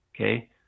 Okay